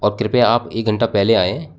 और कृपया आप एक घंटा पहले आएं